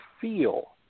feel